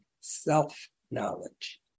Self-knowledge